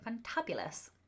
fantabulous